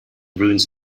ruins